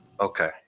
Okay